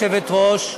16),